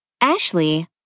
Ashley